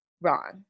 wrong